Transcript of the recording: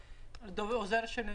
זה היה די מזמן,